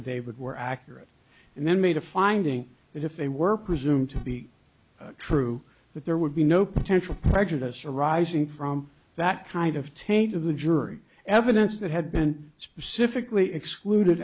affidavit were accurate and then made a finding that if they were presumed to be true that there would be no potential prejudiced arising from that kind of taint of the jury evidence that had been specifically excluded